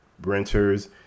renters